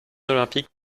olympiques